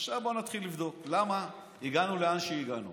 עכשיו בוא נתחיל לבדוק למה הגענו לאן שהגענו.